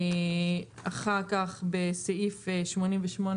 בסעיף 88,